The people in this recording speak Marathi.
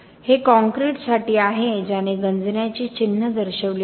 हे कॉंक्रिटसाठी आहे ज्याने गंजण्याची चिन्हे दर्शविली आहेत